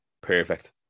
Perfect